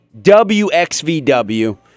WXVW